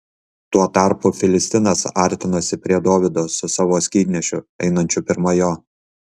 tuo tarpu filistinas artinosi prie dovydo su savo skydnešiu einančiu pirma jo